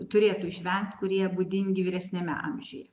turėtų išvengt kurie būdingi vyresniame amžiuje